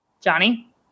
Johnny